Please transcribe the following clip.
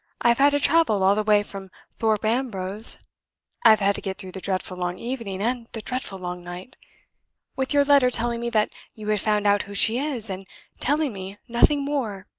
i have had to travel all the way from thorpe ambrose i have had to get through the dreadful long evening and the dreadful long night with your letter telling me that you had found out who she is, and telling me nothing more.